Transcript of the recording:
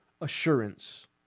assurance